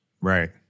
Right